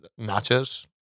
nachos